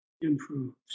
improves